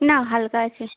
না হালকা আছে